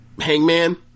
Hangman